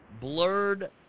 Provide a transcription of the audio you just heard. Blurred